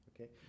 okay